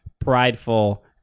prideful